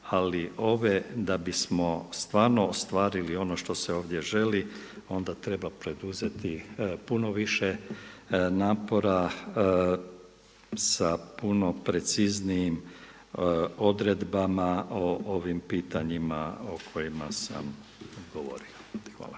ali ove da bismo stvarno ostvarili ono što se ovdje želi onda treba poduzeti puno više napora sa puno preciznijim odredbama o ovim pitanjima o kojima sam govorio. Hvala.